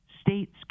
States